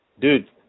Dude